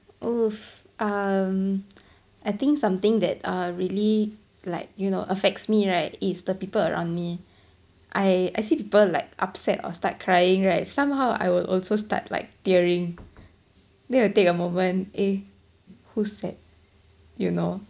!oof! um I think something that err really like you know affects me right is the people around me I I see people like upset or start crying right somehow I will also start like tearing then will take a moment eh who's sad you know